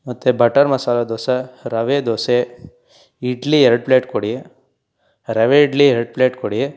ಮತ್ತು ಬಟರ್ ಮಸಾಲೆ ದೋಸೆ ರವೆ ದೋಸೆ ಇಡ್ಲಿ ಎರಡು ಪ್ಲೇಟ್ ಕೊಡಿ ರವೆ ಇಡ್ಲಿ ಎರಡು ಪ್ಲೇಟ್ ಕೊಡಿ